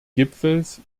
gipfels